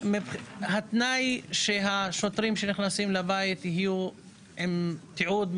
התנאי שהשוטרים שנכנסים לבית יהיו עם תיעוד,